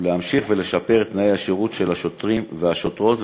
ולהמשיך ולשפר את תנאי השירות של השוטרים והשוטרות,